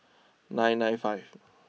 nine nine five